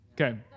Okay